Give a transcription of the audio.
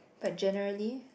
but generally